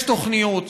יש תוכניות,